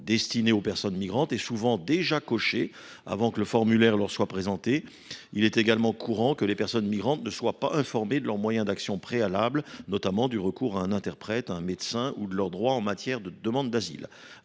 les personnes migrantes, est souvent déjà cochée avant que le formulaire ne leur soit présenté. Il est également courant que les personnes migrantes ne soient pas informées de leurs moyens d’action préalables, notamment du droit de recourir à un interprète et à un médecin, ou de leurs droits en matière de demande d’asile.